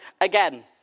again